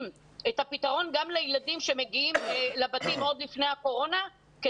את הפתרון גם לילדים שמגיעים לבתים עוד לפני הקורונה,